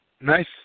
Nice